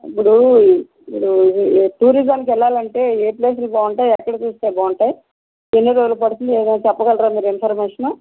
ఇప్పుడూ ఇది ఆ టూ టూరిజంకి వెళ్ళాలంటే ఏ ప్లేస్లు బాగుంటాయి ఎక్కడ చూస్తే బాగుంటాయి ఎన్ని రోజులు పడుతుంది ఏమైనా చెప్పగలరా మీరు ఇన్ఫర్మేషన్